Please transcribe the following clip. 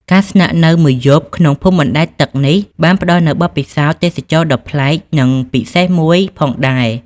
ការស្នាក់នៅមួយយប់នៅក្នុងភូមិបណ្ដែតទឹកនេះ បានផ្ដល់នូវបទពិសោធន៍ទេសចរណ៍ដ៏ប្លែក និងពិសេសមួយផងដែរ។